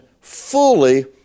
fully